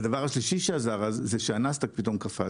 והדבר השלישי שעזר אז הוא שהנאסד"ק פתאום קפץ.